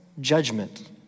judgment